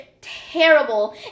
Terrible